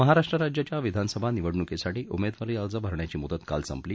महाराष्ट्र राज्याच्या विधानसभा निवडणूकीसाठी उमेदवारी अर्ज भरण्याची मुदत काल संपली